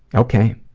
ok,